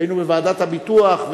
היינו בוועדת הביטוח,